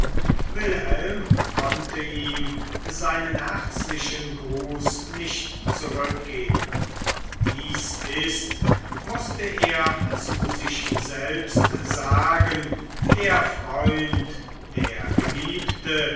wilhelm konnte ihm seinen herzlichen gruß nicht zurückgeben dies ist mußte er zu sich selbst sagen der freund der geliebte